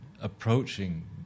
approaching